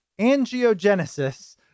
angiogenesis